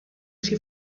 she